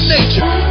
Nature